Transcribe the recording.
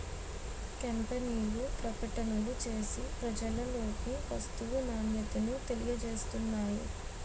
కంపెనీలు ప్రకటనలు చేసి ప్రజలలోకి వస్తువు నాణ్యతను తెలియజేస్తున్నాయి